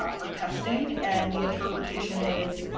ah for testing, and the interpretation is,